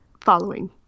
Following